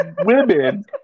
women